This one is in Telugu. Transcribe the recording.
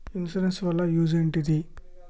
ఇన్సూరెన్స్ వాళ్ల యూజ్ ఏంటిది?